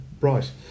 Right